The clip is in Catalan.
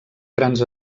grans